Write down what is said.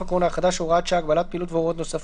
הקורונה החדש (הוראת שעה)(הגבלת פעילות והוראות נוספות),